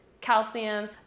calcium